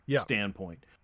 standpoint